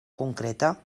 concreta